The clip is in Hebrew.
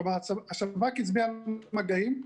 כלומר, השב"כ הצביע על מגעים.